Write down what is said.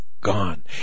gone